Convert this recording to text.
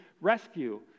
rescue